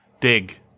dig